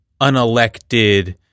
unelected